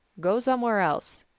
go somewhere else.